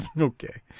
Okay